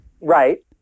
Right